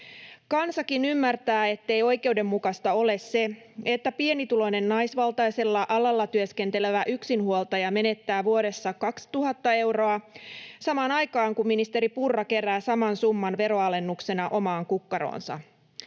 Kansakin ymmärtää, ettei oikeudenmukaista ole se, että pienituloinen, naisvaltaisella alalla työskentelevä yksinhuoltaja menettää vuodessa 2 000 euroa samaan aikaan, kun ministeri Purra kerää saman summan veronalennuksena omaan kukkaroonsa.